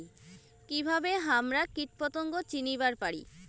কিভাবে হামরা কীটপতঙ্গ চিনিবার পারি?